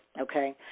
okay